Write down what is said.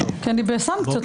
--- כי אני בסנקציות.